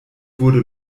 wurde